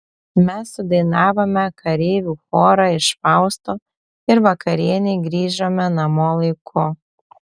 mes sudainavome kareivių chorą iš fausto ir vakarienei grįžome namo laiku